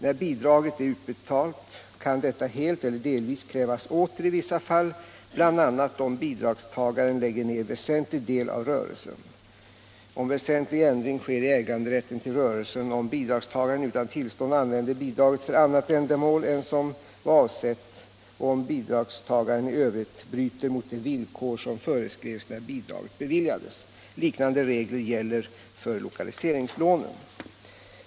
När bidraget är utbetalt kan detta helt elier delvis krävas åter i vissa fall, bl.a. om bidragstagaren lägger ner rörelsen, om bidragstagaren utan tillstånd använder bidraget för annat ändamål än som var avsett och om bidragstagaren 1 övrigt bryter mot de villkor som föreskrevs när bidraget beviljades. Liknande regler gäller för lokaliseringslånenr.